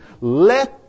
Let